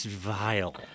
vile